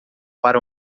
para